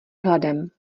hladem